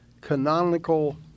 canonical